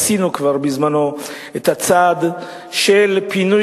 עשינו כבר בזמנו את הצעד של פינוי